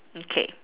okay